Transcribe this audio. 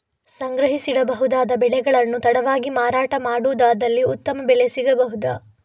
ಸಂಗ್ರಹಿಸಿಡಬಹುದಾದ ಬೆಳೆಗಳನ್ನು ತಡವಾಗಿ ಮಾರಾಟ ಮಾಡುವುದಾದಲ್ಲಿ ಉತ್ತಮ ಬೆಲೆ ಸಿಗಬಹುದಾ?